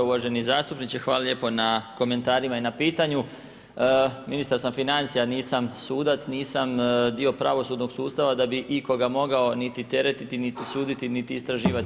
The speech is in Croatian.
Uvaženi zastupniče hvala lijepo na komentarima i na pitanju, ministar sam financija, nisam sudac, nisam dio pravosudnog sustava da bi ikoga mogao niti teretiti, niti suditi niti istraživati.